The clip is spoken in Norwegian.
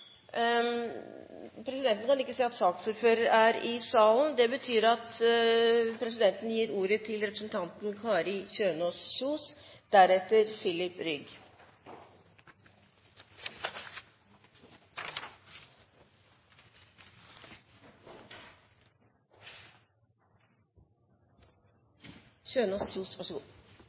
Presidenten kan ikke se at saksordføreren er i salen. Det betyr at presidenten gir ordet til representanten Kari Kjønaas Kjos.